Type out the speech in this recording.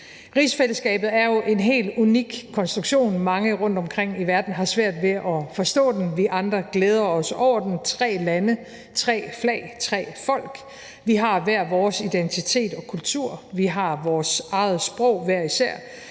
Rigsfællesskabet er jo en helt unik konstruktion. Mange rundtomkring i verden har svært ved at forstå den. Vi andre glæder os over den. Tre lande, tre flag, tre folk. Vi har hver vores identitet og kultur, vi har vores eget sprog hver især